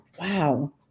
wow